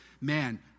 man